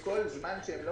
כל זמן שהם לא